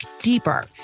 deeper